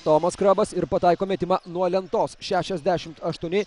tomas kriobas ir pataiko metimą nuo lentos šešiasdešimt aštuoni